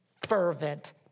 fervent